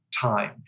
time